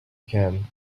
can